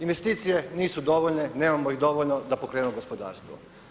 Investicije nisu dovoljne, nemamo ih dovoljno da pokrenemo gospodarstvo.